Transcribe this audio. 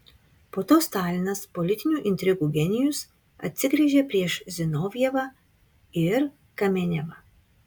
po to stalinas politinių intrigų genijus atsigręžė prieš zinovjevą ir kamenevą